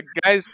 Guys